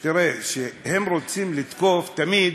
תראה, זה שרוצים לתקוף תמיד,